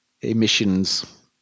emissions